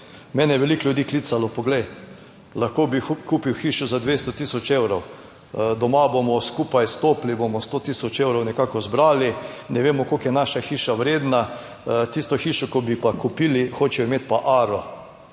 Mene je veliko ljudi klicalo, poglej, lahko bi kupil hišo za 200 tisoč evrov, doma bomo skupaj stopili, bomo 100 tisoč evrov nekako zbrali, ne vemo, koliko je naša hiša vredna, tisto hišo, ko bi pa kupili, hočejo imeti pa aro.